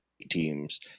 teams